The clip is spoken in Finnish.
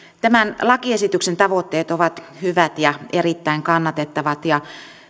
tämän lakiesityksen tavoitteet ovat hyvät ja erittäin kannatettavat ja